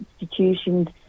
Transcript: institutions